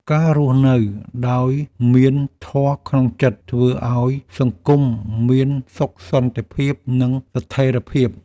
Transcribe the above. ការរស់នៅដោយមានធម៌ក្នុងចិត្ត ធ្វើឱ្យសង្គមមានសុខសន្តិភាព និងស្ថិរភាព។